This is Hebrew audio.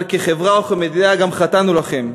אבל כחברה וכמדינה גם חטאנו לכם,